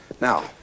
Now